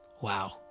Wow